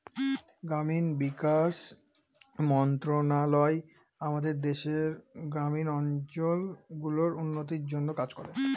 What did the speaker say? গ্রামীণ বিকাশ মন্ত্রণালয় আমাদের দেশের গ্রামীণ অঞ্চল গুলার উন্নতির জন্যে কাজ করে